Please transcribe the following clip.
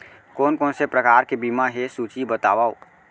कोन कोन से प्रकार के बीमा हे सूची बतावव?